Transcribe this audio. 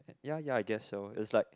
ya ya I guess so its like